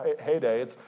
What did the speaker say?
heyday